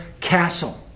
Castle